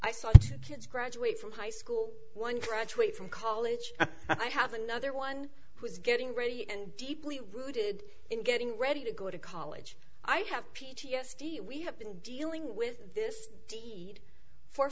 saw kids graduate from high school one graduate from college i have another one who is getting ready and deeply rooted in getting ready to go to college i have p t s d we have been dealing with this deed for